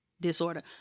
disorder